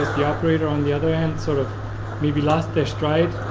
the operator on the other end sort of maybe lost their stride,